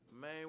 Man